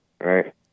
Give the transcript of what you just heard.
right